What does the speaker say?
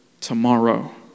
tomorrow